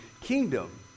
kingdom